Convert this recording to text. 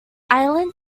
island